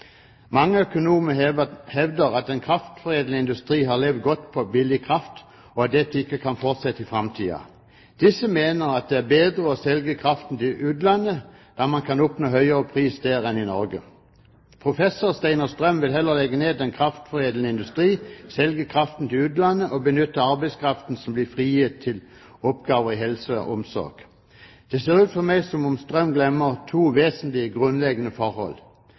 Mange økonomer hevder at den kraftforedlende industrien har levd godt på billig kraft, og at dette ikke kan fortsette i framtiden. Disse mener at det er bedre å selge kraften til utlandet, da man kan oppnå høyere pris der enn i Norge. Professor Steinar Strøm vil heller legge ned den kraftforedlende industrien, selge kraften til utlandet og benytte arbeidskraften som blir frigitt, til oppgaver innen helse og omsorg. Det ser ut for meg som om Strøm glemmer to vesentlige, grunnleggende